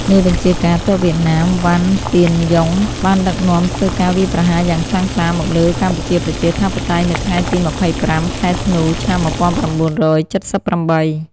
មេបញ្ជាការទ័ពវៀតណាម វ៉ាន់ ទៀនយុង បានដឹកនាំធ្វើការ វាយប្រហារយ៉ាងខ្លាំងក្លាមកលើកម្ពុជាប្រជាធិបតេយ្យ នៅថ្ងៃទី២៥ ខែធ្នូ ឆ្នាំ១៩៧៨។